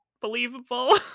believable